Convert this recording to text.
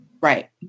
Right